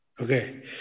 okay